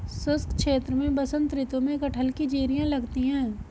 शुष्क क्षेत्र में बसंत ऋतु में कटहल की जिरीयां लगती है